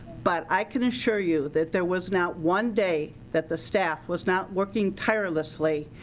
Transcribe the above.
but i can assure you that there was not one day that the staff was not working tirelessly,